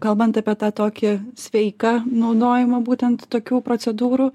kalbant apie tą tokį sveiką naudojimą būtent tokių procedūrų